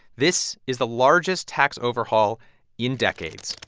this is the largest tax overhaul in decades.